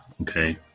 Okay